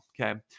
okay